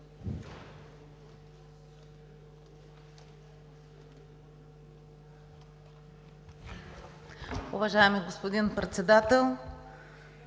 Уважаеми господин Председател,